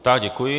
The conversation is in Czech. Tak děkuji.